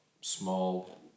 small